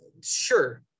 sure